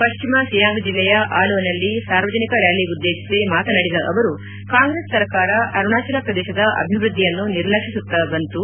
ಪಶ್ಚಿಮ ಸಿಯಾಂಗ್ ಜಿಲ್ಲೆಯ ಆಲೊನಲ್ಲಿ ಸಾರ್ವಜನಿಕ ರ್ಕಾಲಿ ಉದ್ದೇತಿಸಿ ಮಾತನಾಡಿದ ಅವರು ಕಾಂಗ್ರೆಸ್ ಸರ್ಕಾರ ಅರುಣಾಚಲ ಪ್ರದೇಶದ ಅಭಿವೃದ್ಧಿಯನ್ನು ನಿರ್ಲಕ್ಷಿಸುತ್ತ ಬಂತು